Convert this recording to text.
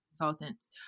consultants